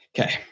Okay